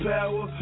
Power